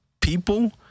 people